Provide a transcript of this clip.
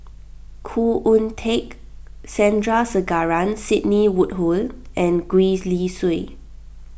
Khoo Oon Teik Sandrasegaran Sidney Woodhull and Gwee Li Sui